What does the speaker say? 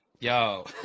yo